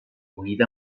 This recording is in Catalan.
unida